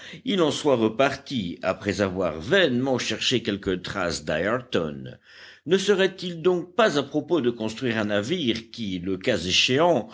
il en soit reparti après avoir vainement cherché quelque trace d'ayrton ne serait-il donc pas à propos de construire un navire qui le cas échéant